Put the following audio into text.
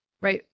right